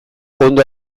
ondo